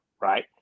Right